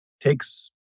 takes